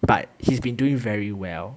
but he's been doing very well